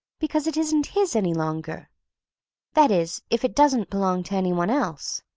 because it isn't his any longer that is, if it doesn't belong to anyone else.